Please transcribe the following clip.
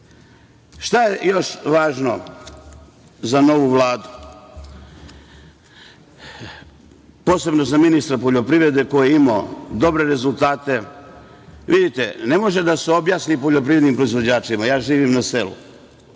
je još važno za novu Vladu, posebno za ministra poljoprivrede koji je imao dobre rezultate? Vidite, ne može da se objasni poljoprivrednim proizvođačima, ja živim na selu,